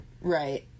Right